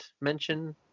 mention